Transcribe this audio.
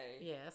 Yes